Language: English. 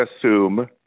assume